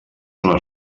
són